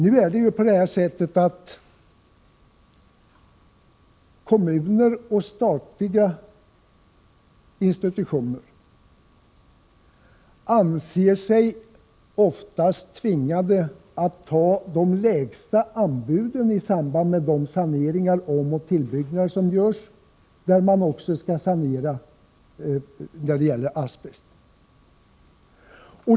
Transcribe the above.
Nu anser sig kommuner och statliga institutioner oftast tvingade att anta de lägsta anbuoen i samband med de saneringar och omoch tillbyggnader som omfattar asbestarbete.